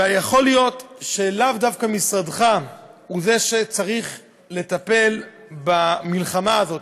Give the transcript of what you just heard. ויכול להיות שלאו דווקא משרדך הוא שצריך לטפל במלחמה הזאת,